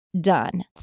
done